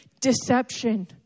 deception